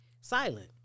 silent